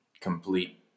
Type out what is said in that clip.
complete